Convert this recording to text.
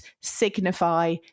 signify